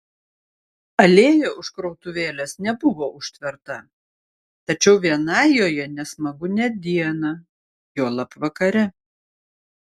alėja už krautuvėlės nebuvo užtverta tačiau vienai joje nesmagu net dieną juolab vakare